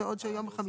ועוד יום חמישי.